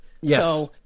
Yes